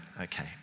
okay